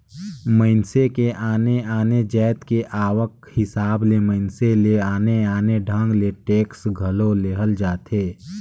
मइनसे के आने आने जाएत के आवक हिसाब ले मइनसे ले आने आने ढंग ले टेक्स घलो लेहल जाथे